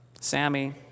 Sammy